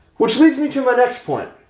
which leads me to my next point,